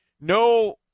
no